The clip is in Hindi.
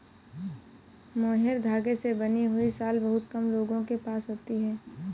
मोहैर धागे से बनी हुई शॉल बहुत कम लोगों के पास होती है